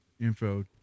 info